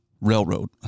Railroad